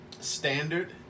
standard